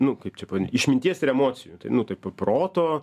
nu kaip čia pavadint išminties ir emocijų tai nu taip proto